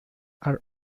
are